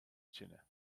tine